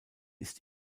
ist